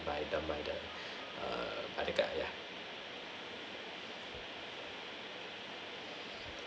by the by the err other guy ya